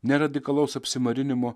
ne radikalaus apsimarinimo